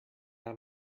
cut